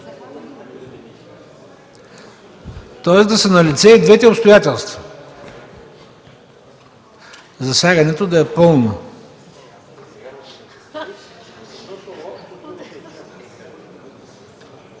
Тоест да са налице и двете обстоятелства, засягането да е пълно.